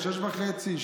06:30,